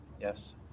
yes